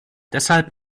deshalb